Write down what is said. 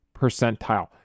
percentile